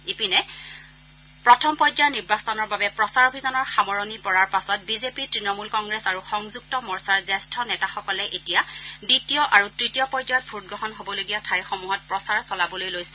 ইপিনে প্ৰথম পৰ্যায়ৰ নিৰ্বাচনৰ বাবে প্ৰচাৰ অভিযানৰ সামৰণি পৰাৰ পাছত বিজেপি তৃণমূল কংগ্ৰেছ আৰু সংযুক্ত মৰ্চাৰ জ্যেষ্ঠ নেতাসকলে এতিয়া দ্বিতীয় আৰু তৃতীয় পৰ্যায়ত ভোটগ্ৰহণ হবলগীয়া ঠাইসমূহত প্ৰচাৰ চলাবলৈ লৈছে